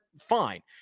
fine